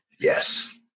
Yes